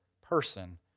person